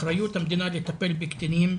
אחריות המדינה לטפל בקטינים.